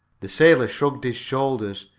the sailor shrugged his shoulders.